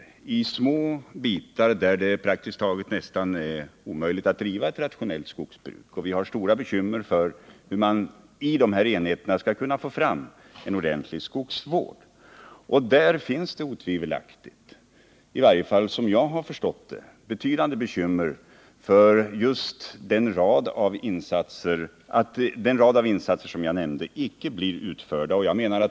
Det är små bitar, där det är praktiskt taget omöjligt att driva ett rationellt skogsbruk. Vi har stora bekymmer när det gäller att man i dessa enheter skall kunna få fram en ordentlig skogsvård. Där finns det otvivelaktigt — i varje fall som jag har förstått det — betydande bekymmer för att just den rad av insatser som jag nämnde icke blir gjorda.